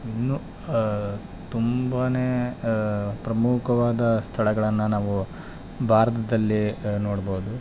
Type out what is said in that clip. ಇನ್ನು ತುಂಬ ಪ್ರಮುಖವಾದ ಸ್ಥಳಗಳನ್ನ ನಾವು ಭಾರತದಲ್ಲಿ ನೋಡ್ಬೌದು